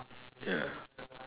ya